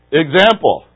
example